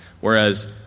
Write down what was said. Whereas